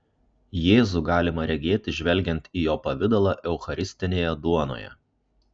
jėzų galima regėti žvelgiant į jo pavidalą eucharistinėje duonoje